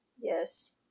Yes